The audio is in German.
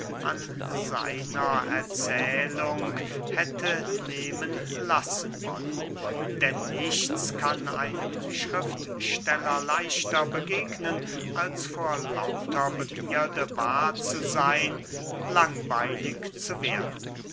an seiner erzählung hätte nehmen lassen wollen denn nichts kann einem schriftsteller leichter begegnen als vor lauter begierde wahr zu seyn langweilig zu werden